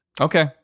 Okay